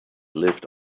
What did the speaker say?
lived